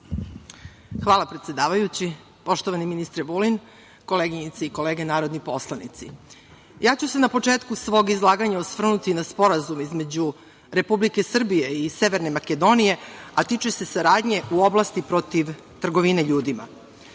Hvala, predsedavajući. Poštovani ministre Vulin, koleginice i kolege narodni poslanici, ja ću se na početku svog izlaganja osvrnuti na Sporazum između Republike Srbije i Severne Makedonije, a tiče se saradnje u oblasti protiv trgovine ljudima. Budući